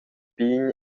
pign